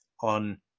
on